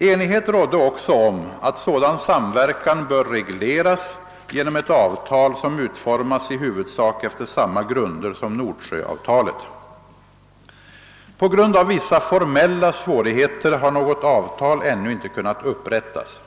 Enighet rådde också om att sådan samverkan bör regleras genom ett avtal som utformas i huvudsak efter samma grunder som Nordsjöavtalet. På grund av vissa formella svårigheter har något avtal ännu inte kunnat upprättas.